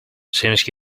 seems